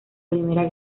primera